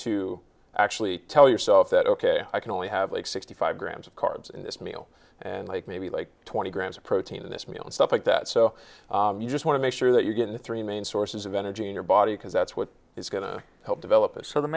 to actually tell yourself that ok i can only have like sixty five grams of carbs in this meal and like maybe like twenty grams of protein in this meal and stuff like that so you just want to make sure that you're getting the three main sources of energy in your body because that's what it's going to help develop a sort of